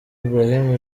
ibrahim